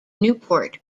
newport